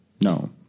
No